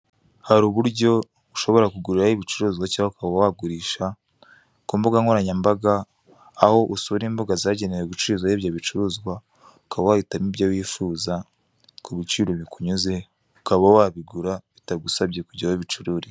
Hari uburyo ushobora kuguriraho ibicuruzwa cyangwa ukaba wagurisha ku mbuga nkoranyambaga, aho usura imbuga zagenewe gucururizwaho ibyo bicuruzwa. Ukaba wahitamo ibyo wifuza, ukaba wabigura bitagusabye kujya aho bicururizwa.